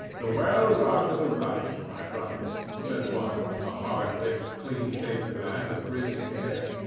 the wells are to the right, my brothers, said one, a hard-lipped, clean-shaven man with grizzly hair.